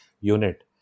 unit